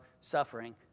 suffering